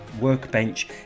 Workbench